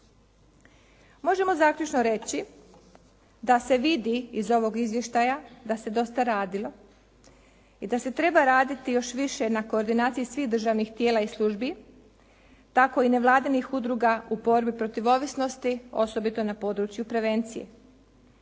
Možemo zaključno reći da se vidi iz ovog izvještaja da se dosta radilo i da se treba raditi još više na koordinaciji svih državnih tijela i službi tako i nevladinih udruga u borbi protiv ovisnosti osobito na području prevencije.